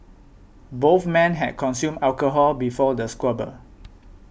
both men had consumed alcohol before the squabble